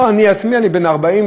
אני עצמי בן 40,